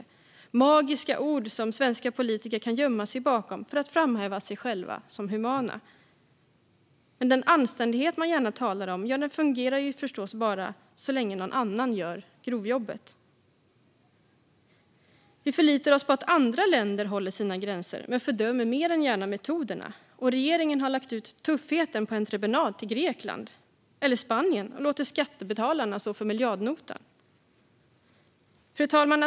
Det är som magiska ord som svenska politiker kan gömma sig bakom för att framhålla sig själva som humana. Men den anständighet som man gärna talar om fungerar förstås bara så länge någon annan gör grovjobbet. Vi förlitar oss på att andra länder håller sina gränser men fördömer mer än gärna metoderna. Regeringen har lagt ut tuffheten på entreprenad till Grekland eller Spanien och låter skattebetalarna stå för miljardnotan. Fru talman!